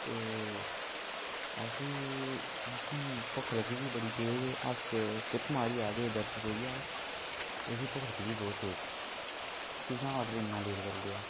ते ऐसी असें गी भुक्ख लग्गी दी बड़ी तेज़ अस ट्रिप मारियै आए दे हे दरासल ते असें गी भुक्ख लग्गी दी बोह्त तेज़ ते तुसें आर्डर इन्ना लेट करी उड़ेआ